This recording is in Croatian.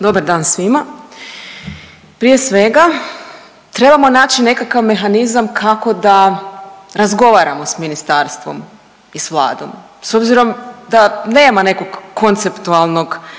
Dobar dan svima. Prije svega trebamo naći nekakav mehanizam kako da razgovaramo s ministarstvom i s Vladom, s obzirom da nema nekog konceptualnog